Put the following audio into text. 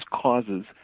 causes